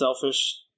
selfish